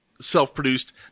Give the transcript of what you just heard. self-produced